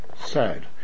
Sad